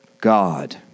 God